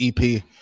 EP